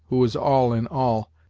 who is all in all,